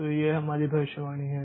तो यह हमारी भविष्यवाणी है